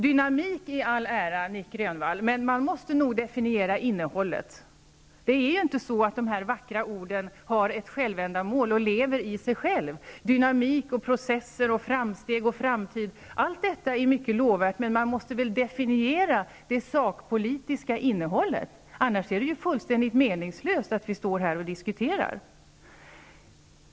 Dynamik i all ära, Nic Grönvall, men man måste nog definiera innehållet. Det är inte så att de här vackra orden har ett självändamål och lever i sig själva. Dynamik och processer och framsteg och framtid -- allt detta är mycket lovvärt. Men man måste väl definiera det sakpolitiska innehållet; annars är det fullständigt meningslöst att vi står här och diskuterar.